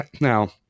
now